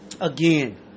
Again